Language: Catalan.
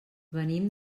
venim